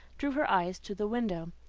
drew her eyes to the window,